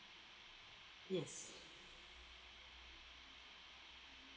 yes